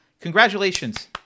congratulations